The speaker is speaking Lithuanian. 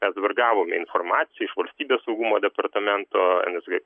mes dabar gavome informaciją iš valstybės saugumo departamento nsg